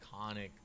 iconic